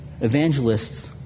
Evangelists